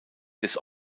des